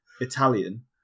Italian